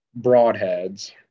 broadheads